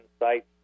insight